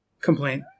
complaint